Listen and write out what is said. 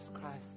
Christ